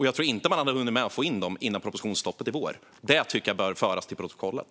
Jag tror inte heller att man hade hunnit få in dem innan propositionsstoppet i vår. Det tycker jag bör föras till protokollet.